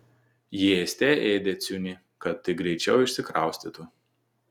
ji ėste ėdė ciunį kad tik greičiau išsikraustytų